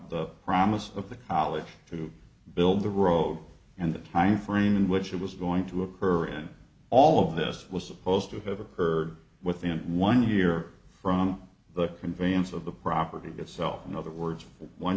the promise of the college to build the road and the timeframe in which it was going to occur in all of this was supposed to have occurred within one year from the conveyance of the property itself in other words